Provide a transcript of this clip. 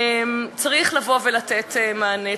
צריך לתת מענה,